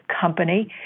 company